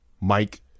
Mike